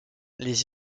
les